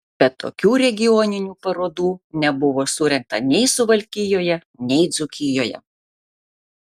bet tokių regioninių parodų nebuvo surengta nei suvalkijoje nei dzūkijoje